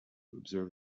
observe